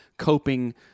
coping